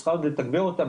שצריך עוד לתגבר אותה,